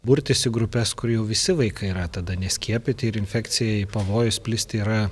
burtis į grupes kur jau visi vaikai yra tada neskiepyti ir infekcijai pavojus plisti yra